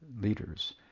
leaders